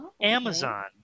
Amazon